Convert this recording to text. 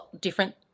different